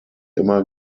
immer